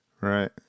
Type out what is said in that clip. Right